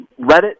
Reddit